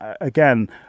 again